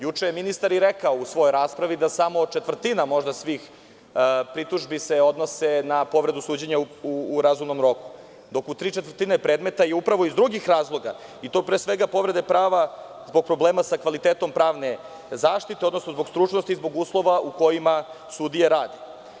Juče je ministar i rekao u svojoj raspravi da se samo možda četvrtina svih pritužbi odnosi na povredu suđenja u razumnom roku, dok u tri četvrtine predmeta je upravo iz drugih razloga i to, pre svega, povrede prava zbog problema sa kvalitetom pravne zaštite, odnosno zbog stručnosti i zbog uslova u kojima sudije rade.